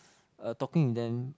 uh talking to them